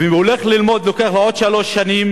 ואם הוא הולך ללמוד לוקח לו עוד שלוש שנים,